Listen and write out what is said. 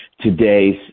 today's